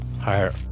higher